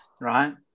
right